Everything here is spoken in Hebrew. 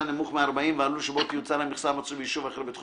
נמוך מ-40 והלול שבו תיוצר המכסה מצוי ביישוב אחר בתחום